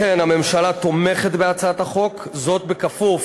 לכן הממשלה תומכת בהצעת החוק, בכפוף